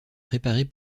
préparées